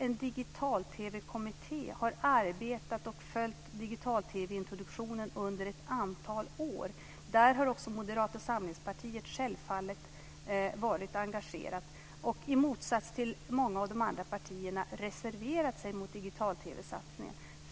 En digital-TV-kommitté har arbetat och följt digital-TV-introduktionen under ett antal år. Där har också Moderata samlingspartiet självfallet varit engagerat, och i motsats till många av de andra partierna har de reserverat sig mot digital-TV-satsningen.